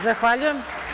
Zahvaljujem.